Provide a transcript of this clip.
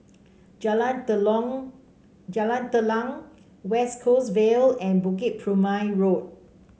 Jalan Jalan Telang West Coast Vale and Bukit Purmei Road